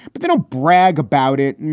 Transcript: but they don't brag about it.